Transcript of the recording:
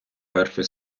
перший